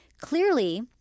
Clearly